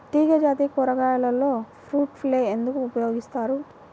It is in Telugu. తీగజాతి కూరగాయలలో ఫ్రూట్ ఫ్లై ఎందుకు ఉపయోగిస్తాము?